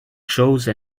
chose